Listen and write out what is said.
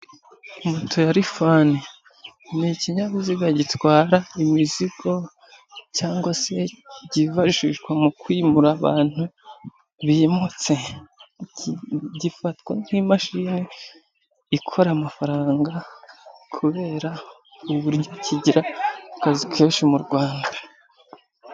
Moto ya rifane ni ikinyabiziga gitwara imizigo, cyangwa se byifashishwa mu kwimura abantu bimutse, gifatwa nk'imashini ikorera amafaranga, kubera uburyo kigira akazi kenshi mu Rwanda.